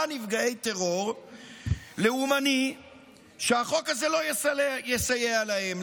נפגעי טרור לאומני שהחוק הזה לא יסייע להם.